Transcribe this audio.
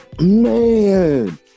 Man